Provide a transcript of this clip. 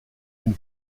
une